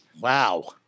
Wow